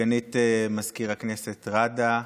סגנית מזכיר הכנסת ראדה,